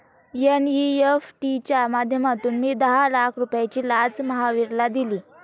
NEFT च्या माध्यमातून मी दहा लाख रुपयांची लाच महावीरला दिली